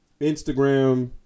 Instagram